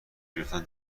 گرفتن